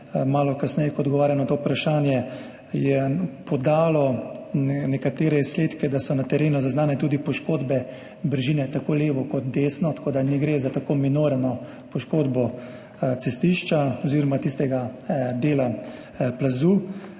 malo kasneje, ko bom odgovarjal na to vprašanje – se je podalo nekatere izsledke, da so na terenu zaznane tudi poškodbe brežine, tako levo kot desno. Tako da ne gre za tako minorno poškodbo cestišča oziroma tistega dela plazu.